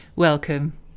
Welcome